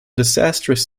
disastrous